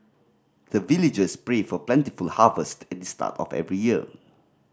the villagers pray for plentiful harvest at the start of every year